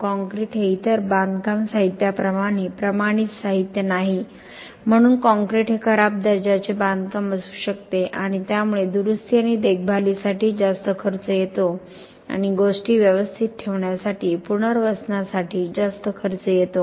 concrete हे इतर बांधकाम साहित्याप्रमाणे प्रमाणित साहित्य नाही म्हणून काँक्रीट हे खराब दर्जाचे बांधकाम असू शकते आणि त्यामुळे दुरुस्ती आणि देखभालीसाठी जास्त खर्च येतो आणि गोष्टी व्यवस्थित ठेवण्यासाठी पुनर्वसनासाठी जास्त खर्च येतो